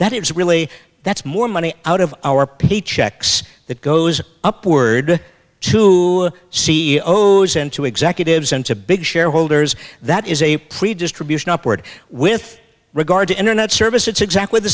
that it's really that's more money out of our paychecks that goes upward to c e o s and to executives and to big shareholders that is a plea distribution upward with regard to internet service it's exactly the